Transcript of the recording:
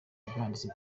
bwanditse